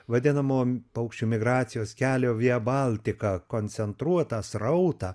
vadinamom paukščių migracijos kelio via baltica koncentruotą srautą